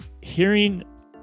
hearing